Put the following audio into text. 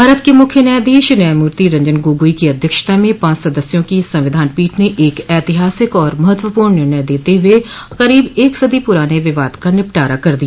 भारत के मुख्य न्यायाधीश न्यायमूर्ति रंजन गोगोई की अध्यक्षता में पांच सदस्यों की संविधान पीठ ने एक ऐतिहासिक और महत्वपूर्ण निर्णय देते हुए करीब एक सदी पुराने विवाद का निपटारा कर दिया